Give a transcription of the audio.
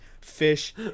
Fish